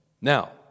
Now